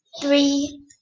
three